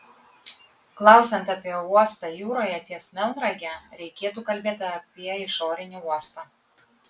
klausiant apie uostą jūroje ties melnrage reikėtų kalbėti apie išorinį uostą